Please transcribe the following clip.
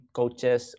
coaches